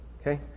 Okay